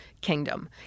kingdom